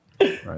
right